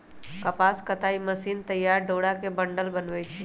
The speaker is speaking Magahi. कपास कताई मशीन तइयार डोरा के बंडल बनबै छइ